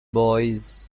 boys